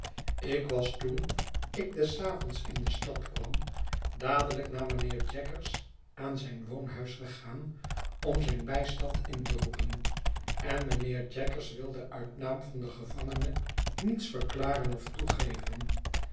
ik was toen ik des avonds in de stad kwam dadelijk naar mijnheer jaggers aan zijn woonhuis gegaan om zijn bijstand in te roepen en mijnheer jaggers wildeuitnaam van den gevangene niets verklaren of toegeven